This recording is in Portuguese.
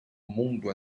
mundo